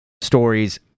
stories